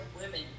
women